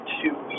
two